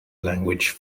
language